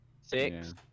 Six